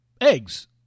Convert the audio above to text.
eggs